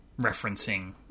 referencing